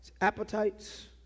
Appetites